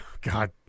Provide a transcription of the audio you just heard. God